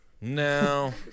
No